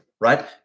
right